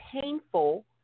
painful